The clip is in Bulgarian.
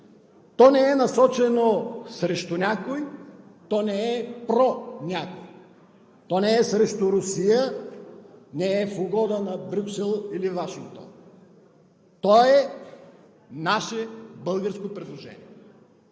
то не е насочено срещу някой, то не е про- някой, то не е срещу Русия, не е в угода на Брюксел или Вашингтон, то е наше, българско предложение.